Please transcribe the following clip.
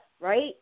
right